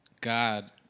God